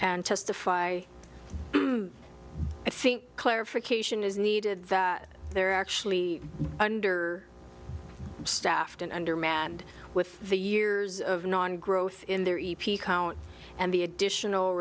and testify i think clarification is needed that they're actually under staffed and undermanned with the years of non growth in their e p count and the additional